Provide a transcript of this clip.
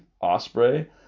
osprey